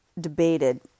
debated